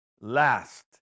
last